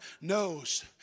knows